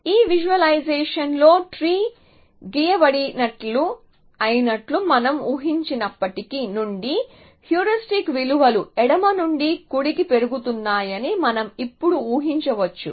ఈ విజువలైజేషన్లో ట్రీ గీయబడినట్లు అయినట్లు మనం ఊహించినప్పటి నుండి హ్యూరిస్టిక్ విలువలు ఎడమ నుండి కుడికి పెరుగుతున్నాయని మనం ఇప్పుడు ఊహించవచ్చు